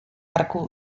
arku